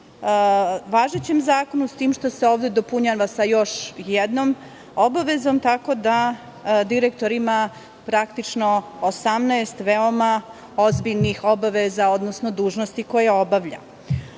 važećem zakonu, s tim što se ovde dopunjava sa još jednom obavezom, tako da direktor ima, praktično, 18 veoma ozbiljnih obaveza, odnosno dužnosti koje obavlja. Mi